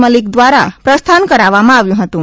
મલિક દ્વારા પ્રસ્થાન કરવવામાં આવ્યું હતું